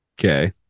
Okay